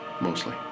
mostly